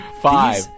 Five